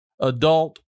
adult